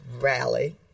rally